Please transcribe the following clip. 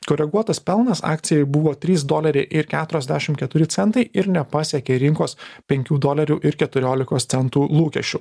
koreguotas pelnas akcijai buvo trys doleriai ir keturiasdešim keturi centai ir nepasiekė rinkos penkių dolerių ir keturiolikos centų lūkesčių